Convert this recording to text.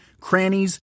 crannies